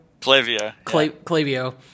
Clavio